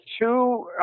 two